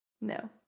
No